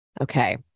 Okay